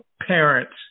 parents